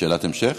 שאלת המשך?